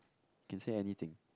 can say anything